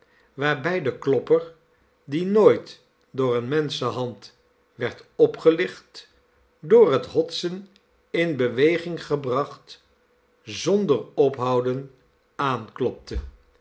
waarbij de klopper die nooit door eene menschenhand werd opgelicht door het hotsen in beweging gebracht zonder ophouden aanklopte